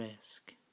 risk